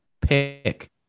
pick